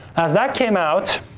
as that came out,